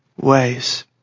ways